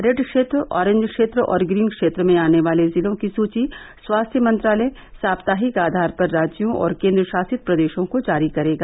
red क्षेत्र orange क्षेत्र और ग्रीन क्षेत्र में आने वाले जिलों की सुची स्वास्थ्य मंत्रालय साप्ताहिक आधार पर राज्यों और केंद्र शासित प्रदेशों को जारी करेगा